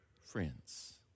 friends